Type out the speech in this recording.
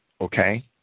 okay